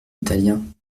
italien